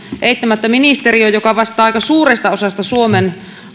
eittämättä ministeriö joka vastaa aika suuresta osasta suomen